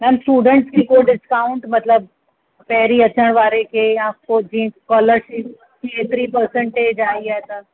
ma'am student खे को discount मतिलब पहिरीं अचण वारे खे या पोइ जीअं स्कॉलरशिप एतिरी पर्सेंटेज आयी आहे त